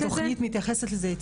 התוכנית מתייחסת לזה.